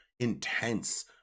intense